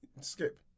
Skip